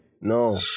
no